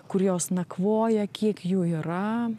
kur jos nakvoja kiek jų yra